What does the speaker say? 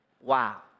Wow